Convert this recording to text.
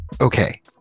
okay